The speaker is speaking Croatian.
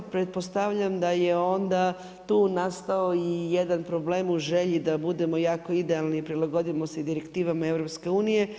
Pretpostavljam da je onda tu nastao i jedan problem u želji da budemo jako idealni i prilagodimo se direktivama EU.